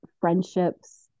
friendships